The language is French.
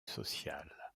sociale